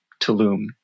Tulum